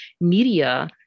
media